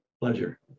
Pleasure